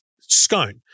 Scone